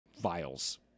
vials